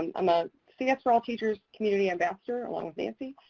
and i'm a cs for all teachers community ambassador, along with nancy,